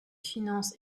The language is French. finances